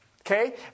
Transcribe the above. Okay